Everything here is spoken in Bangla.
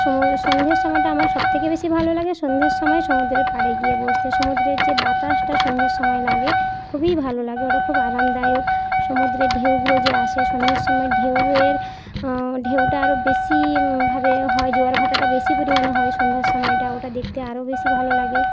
সমু সন্ধের সময়টা আমার সবথেকে বেশি ভালো লাগে সন্ধের সময় সমুদ্রের পাড়ে গিয়ে বসতে সমুদ্রের যে বাতাসটা সন্ধের সময় লাগে খুবই ভালো লাগে ওটা খুব আরামদায়ক সমুদ্রের ঢেউগুলো যে আসে সন্ধের সময় ঢেউয়ের ঢেউটা আরও বেশিই ভাবে হয় জোয়ার ভাটাটা বেশি পরিমাণে হয় সন্ধ্যার সময়টা ওটা দেখতে আরও বেশি ভালো লাগে